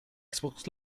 xbox